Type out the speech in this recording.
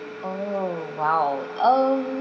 oh !wow! err